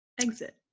Exit